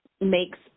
makes